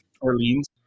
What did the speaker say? Orleans